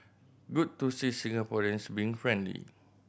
good to see Singaporeans being friendly